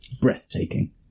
breathtaking